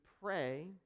pray